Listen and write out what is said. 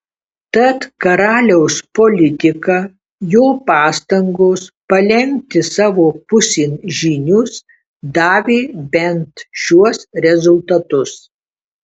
tad karaliaus politika jo pastangos palenkti savo pusėn žynius davė bent šiuos rezultatus